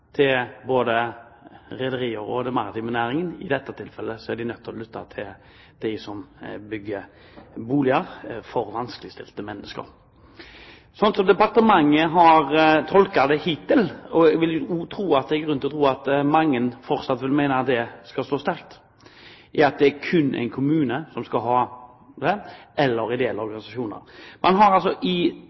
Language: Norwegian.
til både rederier og den maritime næringen for øvrig. I dette tilfellet er de nødt til å lytte til dem som bygger boliger for vanskeligstilte mennesker. Slik som departementet har tolket det hittil – og det er grunn til å tro at mange fortsatt vil mene at det skal stå sterkt – er det kun kommunen som skal ha refusjon, eller ideelle organisasjoner. Man har i tilfellet Alta og i